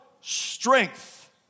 strength